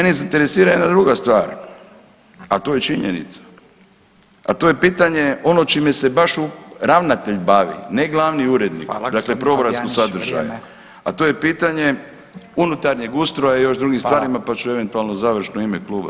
Ovaj, mene interesira jedna druga stvar, a to je činjenica, a to pitanje ono čime se baš ravnatelj bavi, ne glavni urednik [[Upadica: Hvala, gospodin Fabijanić.]] dakle programskog sadržaja, a to je pitanje unutarnjeg ustroja i još drugim stvarima pa ću eventualno [[Upadica: Hvala.]] završno u ime kluba.